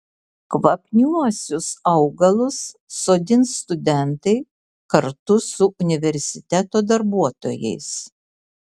kvapniuosius augalus sodins studentai kartu su universiteto darbuotojais